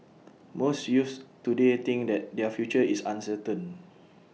most youths today think that their future is uncertain